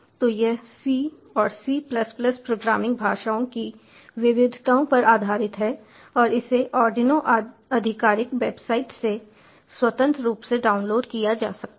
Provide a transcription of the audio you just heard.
तो यह C और C प्लस प्लस प्रोग्रामिंग भाषाओं की विविधताओं पर आधारित है और इसे आर्डिनो आधिकारिक वेबसाइट से स्वतंत्र रूप से डाउनलोड किया जा सकता है